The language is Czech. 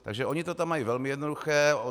Takže oni to tam mají velmi jednoduché.